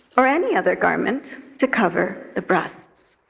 or any other garment, to cover the breasts.